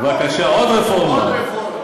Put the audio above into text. בבקשה, עוד רפורמה, עוד רפורמה.